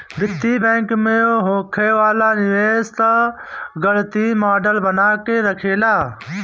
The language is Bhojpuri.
वित्तीय बैंक में होखे वाला निवेश कअ गणितीय मॉडल बना के रखेला